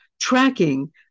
tracking